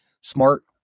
smart